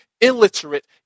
illiterate